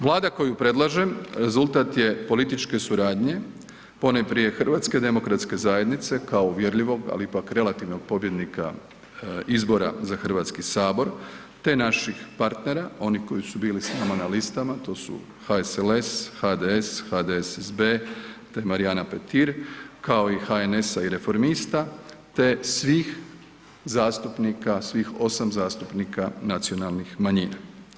Vlada koju predlažem rezultat je političke suradnje, ponajprije HDZ-a kao uvjerljivog, ali ipak relativnog pobjednika izbora za Hrvatski sabor te naših partnera, onih koji su bili s nama na listama, to su HSLS, HDS, HDSSB te Marijana Petir, kao i HNS-a i Reformista te svih zastupnika, svih 8 zastupnika nacionalnih manjina.